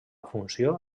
funció